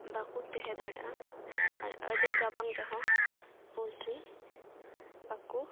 ᱵᱟᱠᱚ ᱛᱟᱦᱮᱸ ᱫᱟᱲᱮᱭᱟᱜᱼᱟ ᱟᱨ ᱟᱹᱰᱤ ᱨᱟᱵᱟᱝ ᱨᱮᱦᱚᱸ ᱯᱳᱞᱴᱨᱤ ᱵᱟᱠᱚ